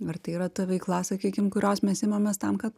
ar tai yra ta veikla sakykim kurios mes imamės tam kad